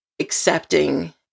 accepting